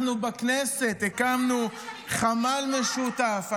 אנחנו בכנסת הקמנו חמ"ל משותף,